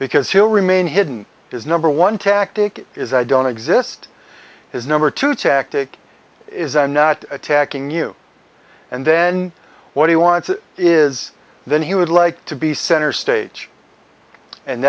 because he'll remain hidden his number one tactic is i don't exist his number two tactic is i'm not attacking you and then what he wants is then he would like to be center stage and